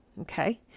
Okay